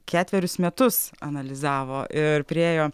ketverius metus analizavo ir priėjo